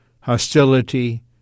hostility